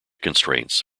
constraints